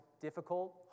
difficult